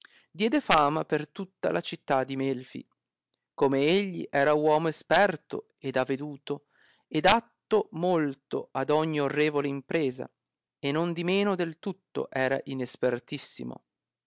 diede fama per tutta la città di melfi come egli era uomo esperto ed aveduto ed atto molto ad ogni orrevole impresa e nondimeno del tutto era inespertissimo